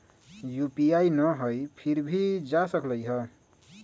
UPI न हई फिर भी जा सकलई ह?